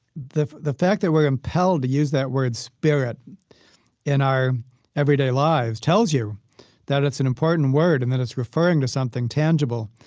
the the fact that we're impelled to use that word spirit in our everyday lives tells you that it's an important word and that it's referring to something tangible,